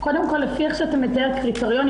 לפי איך שאתה מתאר קריטריונים,